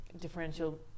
differential